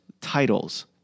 titles